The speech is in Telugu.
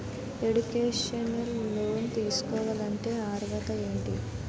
ఎడ్యుకేషనల్ లోన్ తీసుకోవాలంటే అర్హత ఏంటి?